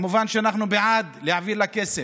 מובן שאנחנו בעד להעביר לה כסף,